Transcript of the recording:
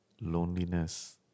loneliness